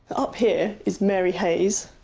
up here, is mary hayes,